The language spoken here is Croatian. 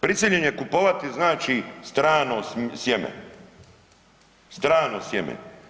Prisiljen je kupovati znači strano sjeme, strano sjeme.